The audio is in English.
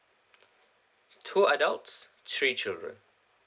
two adults three children